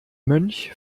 mönch